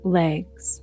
legs